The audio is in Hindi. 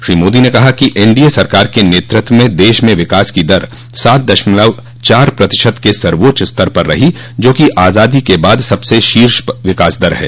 श्री मोदी ने कहा कि एन डी ए सरकार के नेतृत्व में देश में विकास की दर सात दशमलव चार प्रतिशत के सर्वोच्च स्तर पर रही जो कि आजादी के बाद सबसे शीर्ष विकास दर है